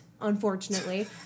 unfortunately